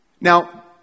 Now